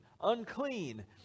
unclean